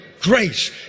grace